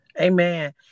Amen